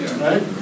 right